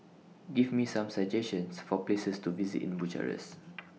Give Me Some suggestions For Places to visit in Bucharest